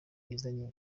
izanye